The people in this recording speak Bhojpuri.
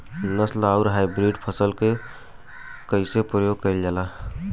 नस्ल आउर हाइब्रिड फसल के कइसे प्रयोग कइल जाला?